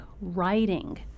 writing